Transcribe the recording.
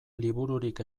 libururik